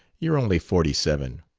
you're only forty-seven.